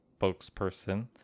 spokesperson